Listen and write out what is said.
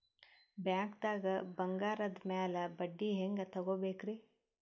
ಬ್ಯಾಂಕ್ದಾಗ ಬಂಗಾರದ್ ಮ್ಯಾಲ್ ಬಡ್ಡಿ ಹೆಂಗ್ ತಗೋಬೇಕ್ರಿ?